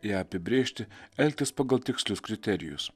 ją apibrėžti elgtis pagal tikslius kriterijus